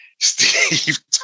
Steve